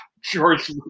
George